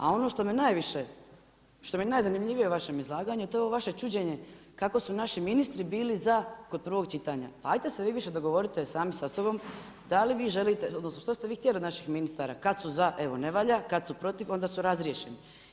A ono što mi je najzanimljivije u vašem izlaganju je to ovo vaše čuđenje kako su naši ministri bili za kod prvog čitanja, pa ajde se vi više dogovorite sami sa sobom, da li vi želite, odnosno što ste vi htjeli od naših ministara, kad su za evo ne valja, kad su protiv onda su razriješeni.